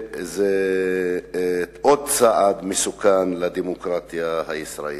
זה עוד צעד מסוכן לדמוקרטיה הישראלית.